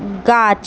গাছ